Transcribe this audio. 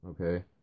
okay